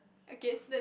okay